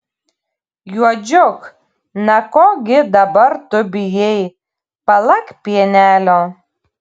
juodžiuk na ko gi dabar tu bijai palak pienelio